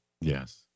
Yes